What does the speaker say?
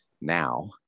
now